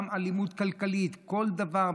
גם אלימות כלכלית, כל דבר.